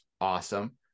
awesome